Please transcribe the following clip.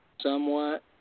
somewhat